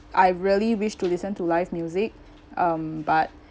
I really wish to listen to live music um but